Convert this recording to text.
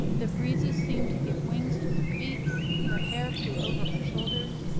the breezes seemed to give wings to her feet her hair flew over her shoulders,